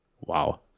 Wow